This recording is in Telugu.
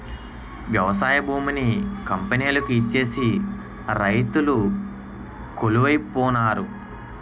వ్యవసాయ భూమిని కంపెనీలకు ఇచ్చేసి రైతులు కొలువై పోనారు